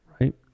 Right